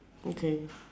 okay